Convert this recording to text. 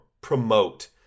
promote